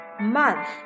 month